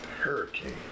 Hurricane